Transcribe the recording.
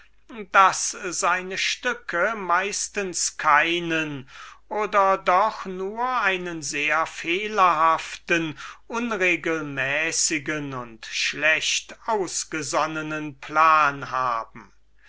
daß seine stücke keinen oder doch nur einen sehr fehlerhaften unregelmäßigen und schlecht ausgesonnenen plan haben